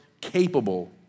capable